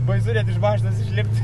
baisu net iš mašinos išlipt